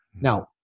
Now